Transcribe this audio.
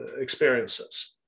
experiences